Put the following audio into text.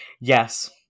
Yes